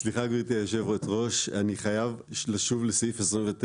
גבירתי, אני רוצה לשוב לסעיף 29,